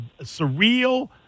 surreal